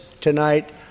tonight